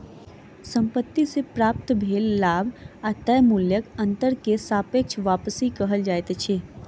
संपत्ति से प्राप्त भेल लाभ आ तय मूल्यक अंतर के सापेक्ष वापसी कहल जाइत अछि